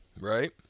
right